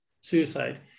suicide